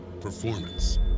performance